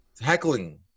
heckling